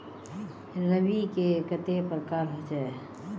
रवि के कते प्रकार होचे?